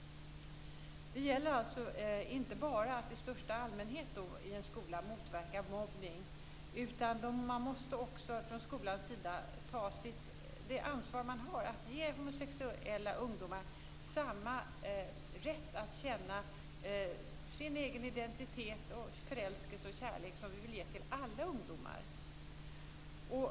Det gäller alltså att inte bara i största allmänhet motverka mobbning i en skola. Skolan måste också ta det ansvar som man har att ge homosexuella ungdomar samma rätt att känna sin egen identitet, förälskelse och kärlek som vi vill ge till alla ungdomar.